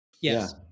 Yes